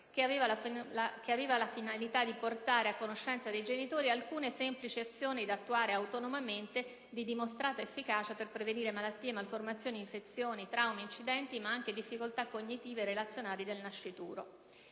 avente la finalità di portare a conoscenza dei genitori alcune semplici azioni, da attuare autonomamente, di dimostrata efficacia per prevenire malattie, malformazioni, infezioni, traumi, incidenti, ma anche difficoltà cognitive e relazionali del nascituro.